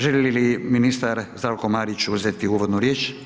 Želi li ministar Zdravko Marić uzeti uvodnu riječ?